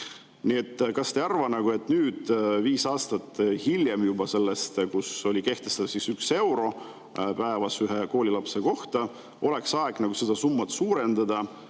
Kas te ei arva, et nüüd, juba viis aastat hiljem sellest, kui hinnaks oli kehtestatud üks euro päevas ühe koolilapse kohta, oleks aeg seda summat suurendada